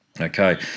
Okay